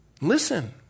Listen